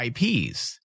IPs